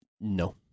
No